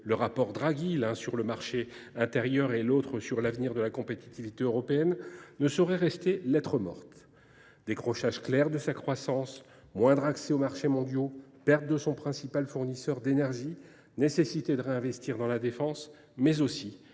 Letta sur l’avenir du marché intérieur, puis par Mario Draghi sur l’avenir de la compétitivité européenne, ne sauraient rester lettre morte. Décrochage clair de sa croissance ; moindre accès aux marchés mondiaux ; perte de son principal fournisseur d’énergie ; nécessité de réinvestir dans la défense, mais aussi